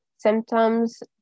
Symptoms